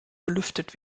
belüftet